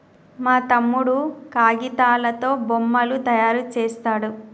మా తమ్ముడు కాగితాలతో బొమ్మలు తయారు చేస్తాడు